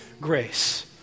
grace